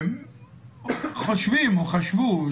חושבים או חשבו,